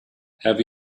have